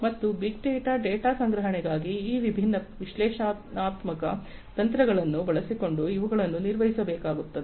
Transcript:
ಮತ್ತು big data data ಸಂಗ್ರಹಣೆಗಾಗಿ ಈ ವಿಭಿನ್ನ ವಿಶ್ಲೇಷಣಾತ್ಮಕ ತಂತ್ರಗಳನ್ನು ಬಳಸಿಕೊಂಡು ಇವುಗಳನ್ನು ನಿರ್ವಹಿಸಬೇಕಾಗುತ್ತದೆ